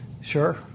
Sure